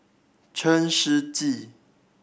Chen Shiji